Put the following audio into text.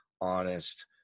honest